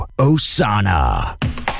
Osana